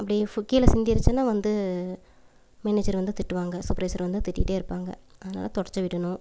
அப்படி கீழே சிந்திருச்சினா வந்து மேனேஜர் வந்து திட்டுவாங்க சூப்பர்வைசர் வந்து திட்டிகிட்டே இருப்பாங்க அதனால துடச்சி விடணும்